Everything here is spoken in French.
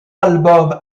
album